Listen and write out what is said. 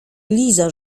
lizo